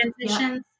transitions